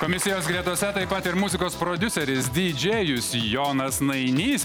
komisijos gretose taip pat ir muzikos prodiuseris didžėjus jonas nainys